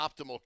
optimal